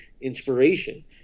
inspiration